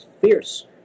fierce